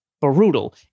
brutal